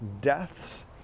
deaths